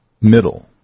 middle